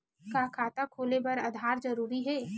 का खाता खोले बर आधार जरूरी हे?